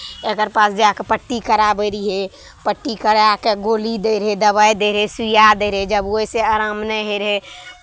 तकर पास जा कऽ पट्टी कराबैत रहियै पट्टी करा कऽ गोली दैत रहै दबाइ दैत रहै सुइया दैत रहै जब ओहिसँ आराम नहि होइत रहै